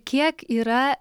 kiek yra